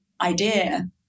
idea